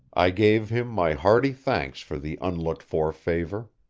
i gave him my hearty thanks for the unlooked-for favor.